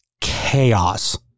chaos